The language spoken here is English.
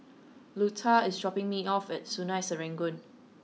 Luetta is dropping me off at Sungei Serangoon